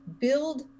build